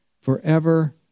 forever